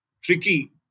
tricky